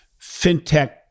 fintech